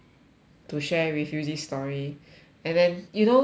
to share with you this story and then you know this kind of